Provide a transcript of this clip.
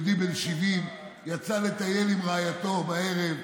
יהודי בן 70, יצא לטייל עם רעייתו בערב.